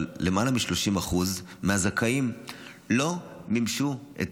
אבל למעלה מ-30% מהזכאים לא מימשו את